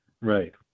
right